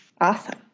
Awesome